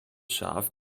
schaf